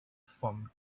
from